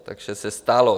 Takže se stalo.